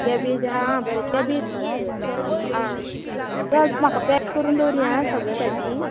cabbage आसा आं बरें केबेज घाल तर आं राव म्हाका पेक करून दवरिय आं सगळी भाजी